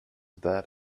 that